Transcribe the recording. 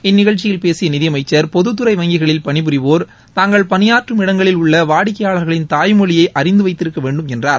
இந்நிகழ்ச்சியில் பேசிய நிதியமைச்சர் பொதுத்துறை வங்கிகளில் பணிபுரிவோர் தாங்கள் பணியாற்றும் இடங்களில் உள்ள வாடிக்கையாளர்களின் தாய்மொழியை அறிந்து வைத்திருக்க வேண்டும் என்றார்